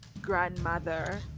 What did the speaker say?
grandmother